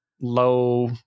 low